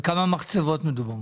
על כמה מחצבות מדובר?